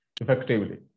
effectively